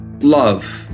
love